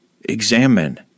examine